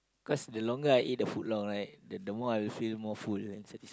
cause the longer I eat the foot long right the the more I'll feel more full right is it